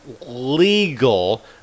legal